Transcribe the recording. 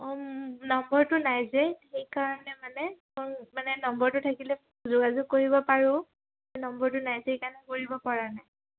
অঁ নম্বৰটো নাই যে সেইকাৰণে মানে ফোন মানে নম্বৰটো থাকিলে যোগাযোগ কৰিব পাৰোঁ সেই নম্বৰটো নাই যে সেইকাৰণে কৰিব পৰা নাই